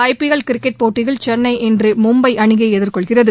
ஐ P L cricket போட்டியில் சென்னை இன்று மும்பை அணியை எதிர்கொள்கிறது